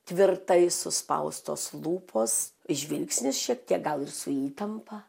tvirtai suspaustos lūpos žvilgsnis šiek tiek gal ir su įtampa